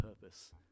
purpose